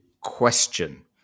question